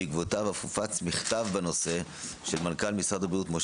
בעקבותיו אף הופץ מכתב בנושא של מנכ"ל משרד הבריאות,